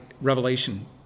revelation